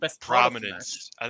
prominence